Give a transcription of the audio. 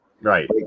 Right